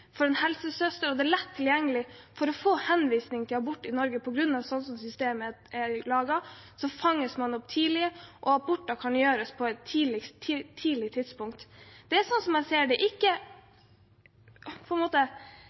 å få henvisning til abort i Norge. På grunn av at systemet er laget sånn som det er, fanges man opp tidlig, og aborter kan gjøres på et tidlig tidspunkt. Det er, sånn som jeg ser det, ikke